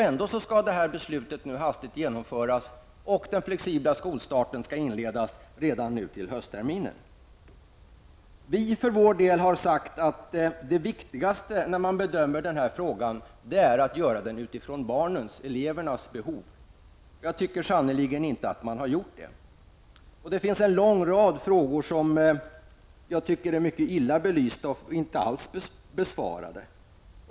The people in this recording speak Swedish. Ändå skall beslutet hastigt genomföras och den flexibla skolstarten skall inledas redan nu till höstterminen. Vi i centern har sagt att det viktigaste i bedömningen av denna fråga är att göra bedömningen utifrån elevernas behov. Jag tycker sannerligen inte att man har gjort det. Det finns en lång rad frågor som jag tycker är illa belysta och som inte alls är besvarade.